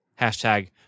hashtag